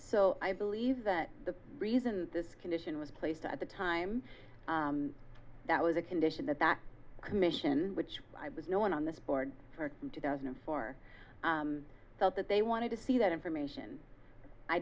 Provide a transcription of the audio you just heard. so i believe that the reason this condition was placed at the time that was a condition that that commission which i was no one on this board for in two thousand and four felt that they wanted to see that information i